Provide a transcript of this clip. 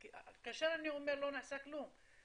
כאשר אני אומר לא נעשה כלום,